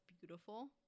beautiful